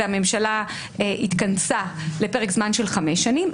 והממשלה התכנסה לפרק זמן של חמש שנים.